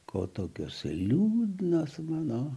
ko tokios liūdnos mano